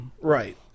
Right